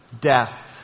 death